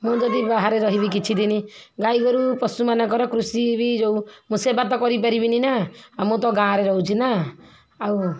ମୁଁ ଯଦି ବାହାରେ ରହିବି କିଛି ଦିନ ଗାଈଗୋରୁ ପଶୁମାନଙ୍କର କୃଷି ବି ଯୋଉ ମୁଁ ସେବା ତ କରିପାରିବିନି ନା ଆଉ ମୁଁ ତ ଗାଁ'ରେ ରହୁଛି ନା ଆଉ